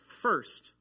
first